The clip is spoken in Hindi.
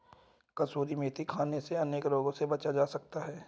कसूरी मेथी खाने से अनेक रोगों से बचा जा सकता है